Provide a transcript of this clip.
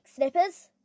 snippers